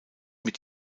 mit